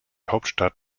hauptstadt